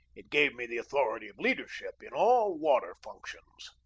it gave me the authority of leadership in all water functions.